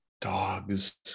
dogs